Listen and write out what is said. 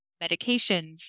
medications